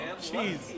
jeez